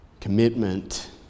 commitment